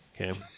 Okay